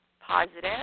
positive